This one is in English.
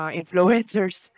influencers